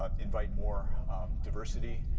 um invite more diversity,